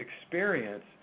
experience